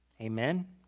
Amen